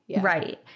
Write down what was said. right